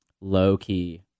Low-key